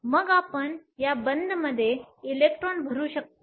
मग आपण या बँडमध्ये इलेक्ट्रॉन भरू शकता